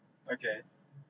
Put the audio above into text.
okay